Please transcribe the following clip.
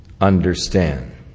understand